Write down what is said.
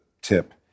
tip